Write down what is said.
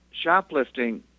Shoplifting